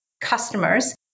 customers